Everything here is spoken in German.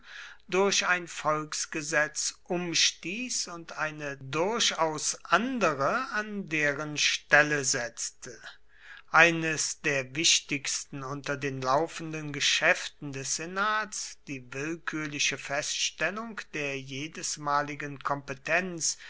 durch ein volksgesetz umstieß und eine durchaus andere an deren stelle setzte eines der wichtigsten unter den laufenden geschäften des senats die willkürliche feststellung der jedesmaligen kompetenz